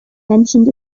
mentioned